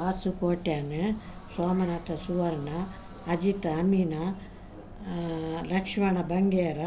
Vasu Kotian Somanath Suvarna Ajith Amin Lakshman Bangera